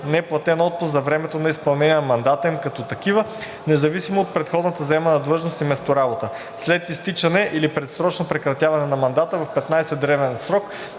неплатен отпуск за времето на изпълнение на мандата им като такива, независимо от предходната заемана длъжност и месторабота. След изтичане или предсрочно прекратяване на мандата в 15-дневен срок